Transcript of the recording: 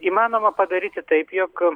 įmanoma padaryti taip jog